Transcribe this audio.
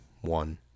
one